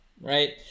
right